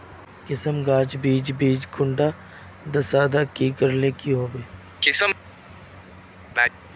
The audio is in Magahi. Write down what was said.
किसम गाज बीज बीज कुंडा त सादा किसम होले की कोर ले ठीक होबा?